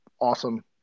awesome